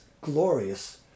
glorious